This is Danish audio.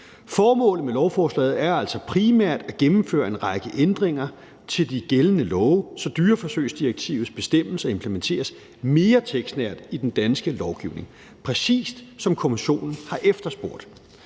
Formålet med lovforslaget er altså primært at gennemføre en række ændringer til de gældende love, så dyreforsøgsdirektivets bestemmelser implementeres mere tekstnært i den danske lovgivning, præcis som Kommissionen har efterspurgt.